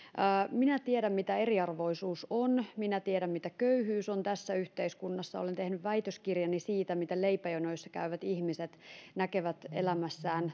minä tiedän mitä eriarvoisuus on minä tiedän mitä köyhyys on tässä yhteiskunnassa olen tehnyt väitöskirjani siitä miten leipäjonoissa käyvät ihmiset näkevät elämässään